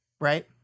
Right